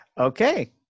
Okay